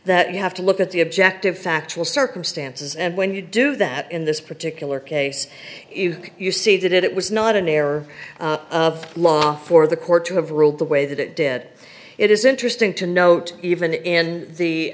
that you have to look at the objective factual circumstances and when you do that in this particular case if you see that it was not an error of law for the court to have ruled the way that it did it is interesting to note even in the